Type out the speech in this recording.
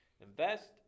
invest